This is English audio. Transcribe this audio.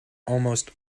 almost